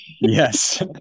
Yes